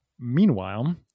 Meanwhile